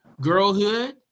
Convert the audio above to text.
girlhood